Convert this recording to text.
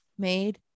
Made